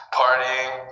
partying